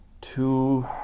two